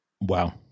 Wow